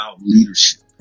leadership